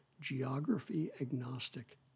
geography-agnostic